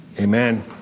Amen